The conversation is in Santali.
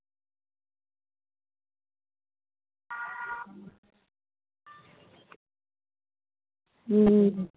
ᱦᱩᱸ